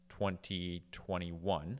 2021